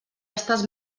estàs